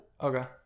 okay